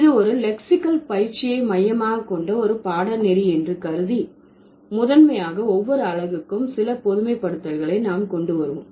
இது ஒரு லெக்சிகல் பயிற்சியை மையமாக கொண்ட ஒரு பாடநெறி என்று கருதி முதன்மையாக ஒவ்வொரு அலகுக்கும் சில பொதுமைப்படுத்தல்களை நாம் கொண்டு வருவோம்